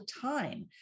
time